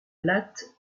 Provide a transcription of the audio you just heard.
latte